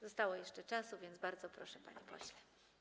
Zostało jeszcze trochę czasu, a więc bardzo proszę, panie pośle.